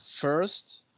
first